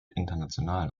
internationalen